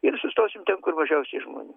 ir sustosim ten kur mažiausiai žmonių